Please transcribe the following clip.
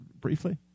briefly